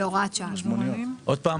שלומית,